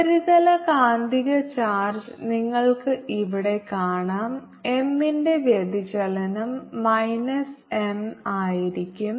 ഉപരിതല കാന്തിക ചാർജ് നിങ്ങൾക്ക് ഇവിടെ കാണാം M ന്റെ വ്യതിചലനം മൈനസ് M ആയിരിക്കും